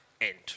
end